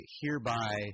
hereby